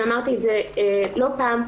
ואמרתי את זה לא פעם,